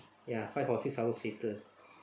ya five or six hours later